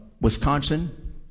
Wisconsin